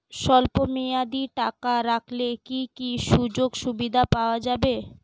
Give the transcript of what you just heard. স্বল্পমেয়াদী টাকা রাখলে কি কি সুযোগ সুবিধা পাওয়া যাবে?